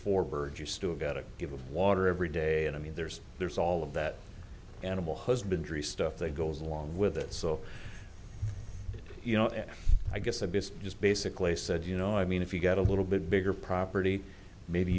four birds you still got to give water every day and i mean there's there's all of that animal husbandry stuff that goes along with it so you know i guess i just basically said you know i mean if you've got a little bit bigger property maybe